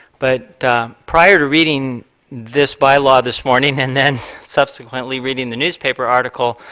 but prior to reading this bylaw this morning and then subsequently reading the newspaper article,